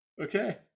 Okay